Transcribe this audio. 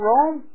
Rome